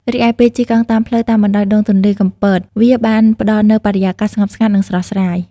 រីឯ ពេលជិះកង់តាមផ្លូវតាមបណ្តោយដងទន្លេកំពត វាបានផ្ដល់នូវបរិយាកាសស្ងប់ស្ងាត់ និងស្រស់ស្រាយ។